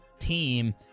Team